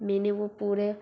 मैंने वो पूरे